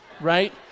right